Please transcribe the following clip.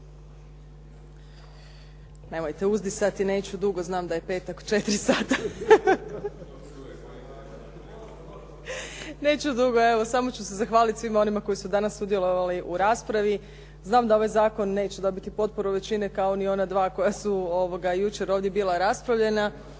Nemojte uzdisati, neću dugo, znam da je petak 4 sata. Neću dugo, evo samo ću se zahvalit svima onima koji su danas sudjelovali u raspravi. Znam da ovaj zakon neće dobiti potporu većine, kao ni ona dva koja su jučer ovdje bila raspravljena,